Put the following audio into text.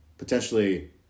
Potentially